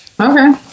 Okay